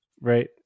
Right